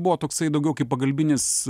buvo toksai daugiau kaip pagalbinis